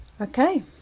Okay